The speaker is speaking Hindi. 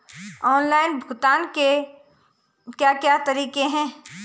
ऑनलाइन भुगतान के क्या क्या तरीके हैं?